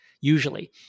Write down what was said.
usually